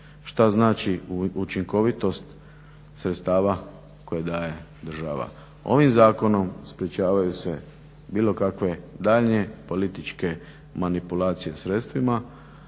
što znači učinkovitost sredstava koje daje država. Ovim zakonom sprečavaju se bilo kakve daljnje političke manipulacije sredstvima,